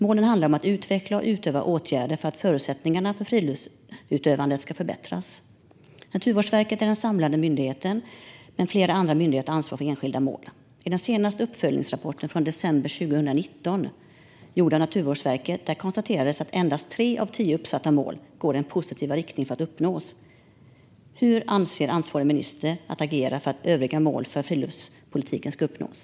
Målen handlar om att utveckla och vidta åtgärder för att förutsättningar för friluftsutövandet ska förbättras. Naturvårdsverket är den samlande myndigheten, men flera andra myndigheter ansvarar för enskilda mål. I den senaste uppföljningsrapporten från december 2019, gjord av Naturvårdsverket, konstaterades att endast tre av tio uppsatta mål går i positiv riktning när det gäller att uppnås. Hur avser den ansvariga ministern att agera för att övriga mål för friluftspolitiken ska uppnås?